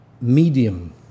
medium